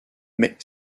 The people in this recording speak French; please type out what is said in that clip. mais